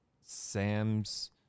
Sam's